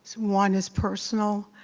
one is personal.